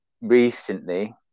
recently